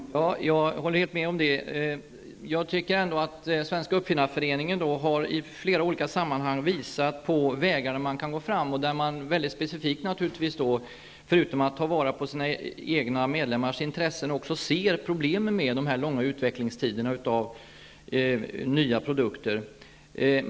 Fru talman! Jag håller helt med om det. Svenska uppfinnareföreningen har i flera olika sammanhang visat på vägar där man kan gå fram och där man specifikt, förutom att ta vara på sina egna medlemmars intressen, ser problemen med de långa utvecklingstiderna för nya produkter.